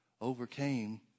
overcame